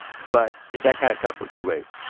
but that kind of cut both two ways.